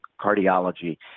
cardiology